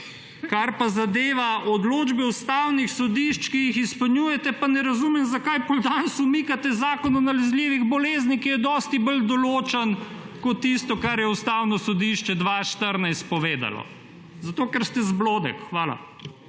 Kar pa zadeva odločbe ustavnih sodišč, ki jih izpolnjujete, pa ne razumem, zakaj potem danes umikate zakon o nalezljivih bolezni, ki je dosti bolj določen kot tisto, kar je ustavno sodišče 2014 povedalo?! Zato, ker ste zblodek. Hvala.